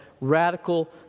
radical